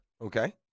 Okay